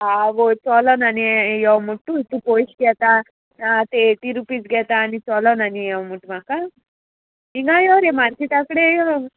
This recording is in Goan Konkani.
आवय चोलो ना न्ही यो म्हूट तूं तूं पयशे घेता ते एटी रुपीज घेता आनी चोलो न्ही यो म्हूट म्हाका हिंगा यो रे मार्किटा कडे यो